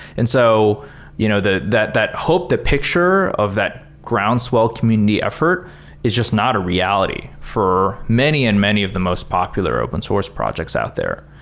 and so you know that that hope, that picture of that groundswell community effort is just not a reality for many and many of the most popular open-source projects out there.